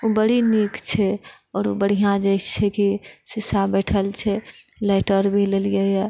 ओ बड़ी नीक छै आओर ओ बढ़िआँ जे छै कि शीशा बैठल छै लाइटर भी लेलियै यऽ